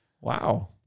Wow